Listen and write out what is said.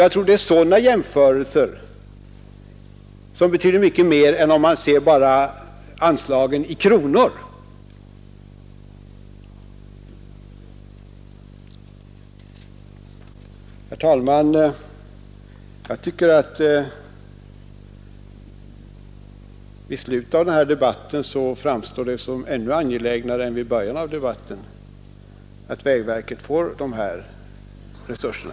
Jag tror att sådana jämförelser betyder mycket mer än om man bara ser jämförelsen mellan anslagen i kronor. Herr talman! Jag tycker att det i slutet av denna debatt framstår som ännu mer angeläget än det gjorde i början av debatten att vägverket får de här resurserna.